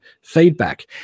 feedback